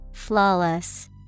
Flawless